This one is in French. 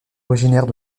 originaires